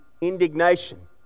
Indignation